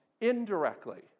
indirectly